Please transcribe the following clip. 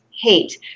hate